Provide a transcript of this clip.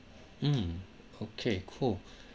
mm okay cool